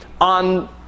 on